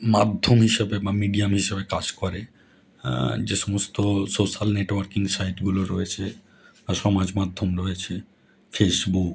মাধ্যম হিসাবে বা মিডিয়াম হিসাবে কাজ করে যে সমস্ত সোশ্যাল নেটওয়ার্কিং সাইটগুলো রয়েছে বা সমাজমাধ্যম রয়েছে ফেসবুক